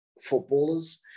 footballers